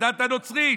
הדת הנוצרית,